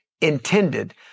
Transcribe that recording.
intended